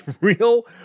real